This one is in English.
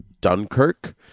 Dunkirk